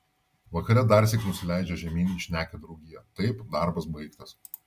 vakare darsyk nusileidžia žemyn į šnekią draugiją taip darbas baigtas